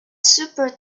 super